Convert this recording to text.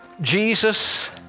Jesus